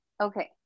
okay